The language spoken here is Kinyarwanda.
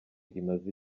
imaze